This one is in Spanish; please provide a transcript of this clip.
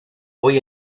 hoy